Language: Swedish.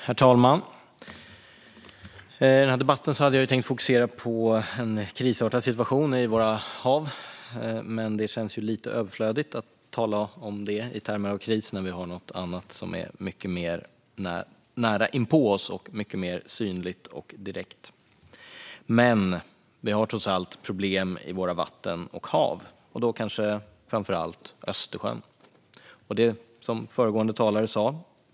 Herr talman! I den här debatten hade jag tänkt fokusera på en krisartad situation i våra hav. Men det känns lite överflödigt att tala om det i termer av kris när vi har något annat som är mycket mer nära inpå oss och mycket mer synligt och direkt. Vi har trots allt problem i våra vatten och hav, och då kanske framför allt i Östersjön. Det är som föregående talare sa.